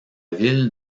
ville